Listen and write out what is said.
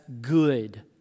good